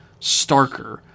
starker